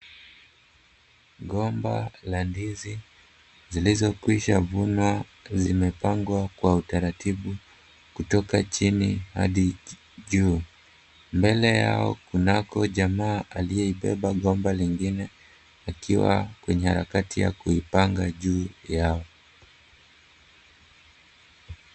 Gomba za ndizi zilizokwisha chunwa zimepangwa kwa utaratibu kutoka chini hadi juu, mbele yao kunako jamaa aliyebeba gomba lingine akiwa kwenye harakati ya kuipanga juu yazo.